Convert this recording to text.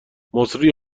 مسری